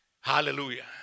Hallelujah